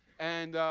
and